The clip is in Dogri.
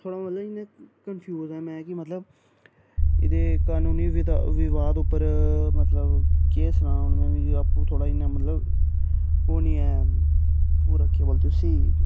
थोह्ड़ा मतलब इयां कन्फ्यूज ऐ में कि मतलब एह्दे कनूनी विधा विवाद उप्पर मतलब केह् सनां हून में मिगी आपूं थोह्ड़ा इ मतलब ओह् निं ऐ पूरा केह् बोलदे उसी